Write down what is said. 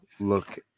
look